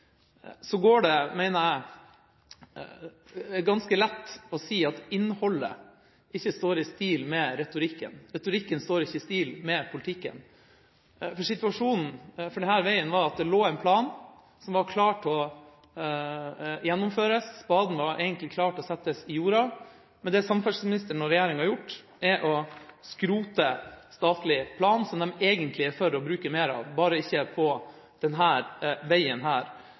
retorikken. Retorikken står ikke i stil med politikken. Situasjonen for denne veien var at det lå en plan som var klar til å gjennomføres – spaden var egentlig klar til å settes i jorda. Men det samferdselsministeren og regjeringa har gjort, er å skrote statlig plan, som de egentlig er for å bruke mer av – bare ikke på denne veien. Dermed blir det en utsettelse på veien,